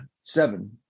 Seven